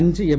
അഞ്ച് എം